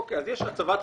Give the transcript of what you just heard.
אוקיי, אז יש הצבת דוכן,